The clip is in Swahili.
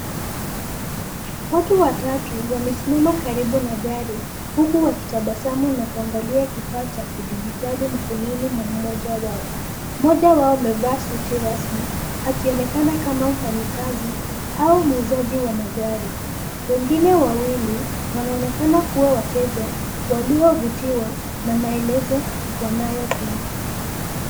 Watu watatu wamesimama karibu na gari; huku wakitabasamu na kuangalia kifaa cha kidijtali mkononi mwa mmoja wao. Mmoja wao amevaa suti rasmi akionekana kama mfanyikazi au muuzaji wa magari. Wengine wawili wanaonekana kuwa wateja waliovutiwa na maelezo wanayopewa.